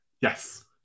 Yes